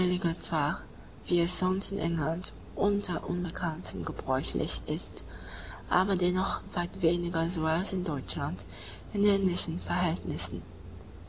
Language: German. zwar wie es sonst in england unter unbekannten gebräuchlich ist aber dennoch weit weniger so als in deutschland in ähnlichen verhältnissen